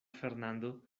fernando